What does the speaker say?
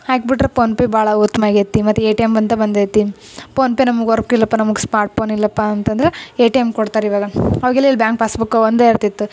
ಹಾಕಿ ಬಿಟ್ಟರೆ ಪೋನ್ಪೇ ಭಾಳ ಉತ್ತಮ ಆಗೈತೆ ಮತ್ತೆ ಎ ಟಿ ಎಮ್ ಅಂತ ಬಂದೈತೆ ಪೋನ್ಪೇ ನಮ್ಗೆ ವರ್ಕ್ ಇಲ್ಲಪ್ಪ ನಮ್ಗೆ ಸ್ಮಾರ್ಟ್ ಪೋನ್ ಇಲ್ಲಪ್ಪ ಅಂತಂದ್ರೆ ಎ ಟಿ ಎಮ್ ಕೊಡ್ತಾರೆ ಇವಾಗ ಆವಾಗೆಲ್ಲ ಇಲ್ಲಿ ಬ್ಯಾಂಕ್ ಪಾಸ್ಬುಕ್ ಒಂದೆ ಇರ್ತಿತ್ತು